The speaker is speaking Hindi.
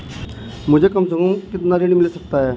मुझे कम से कम कितना ऋण मिल सकता है?